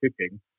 cooking